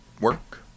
work